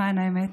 למען האמת,